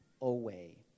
away